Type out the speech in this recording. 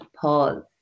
pause